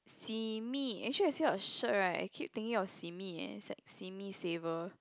simi actually I see your shirt right I keep thinking of simi eh it's like simi saver